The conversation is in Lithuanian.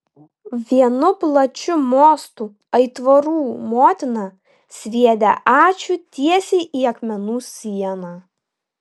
vienu plačiu mostu aitvarų motina sviedė ačiū tiesiai į akmenų sieną